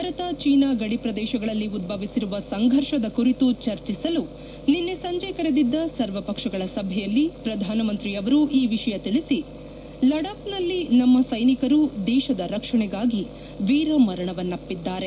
ಭಾರತ ಜೀನಾ ಗಡಿ ಪ್ರದೇಶಗಳಲ್ಲಿ ಉದ್ದವಿಸಿರುವ ಸಂಘರ್ಷದ ಕುರಿತು ಚರ್ಚಿಸಲು ನಿನ್ನೆ ಸಂಜೆ ಕರೆದಿದ್ದ ಸರ್ವಪಕ್ಷಗಳ ಸಭೆಯಲ್ಲಿ ಪ್ರಧಾನಮಂತ್ರಿಯವರು ಈ ವಿಷಯ ತಿಳಿಸಿ ಲಡಾಕ್ನಲ್ಲಿ ನಮ್ಮ ಸೈನಿಕರು ದೇಶದ ರಕ್ಷಣೆಗಾಗಿ ವೀರ ಮರಣವನ್ನಪ್ಪಿದ್ದಾರೆ